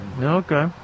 Okay